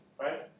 right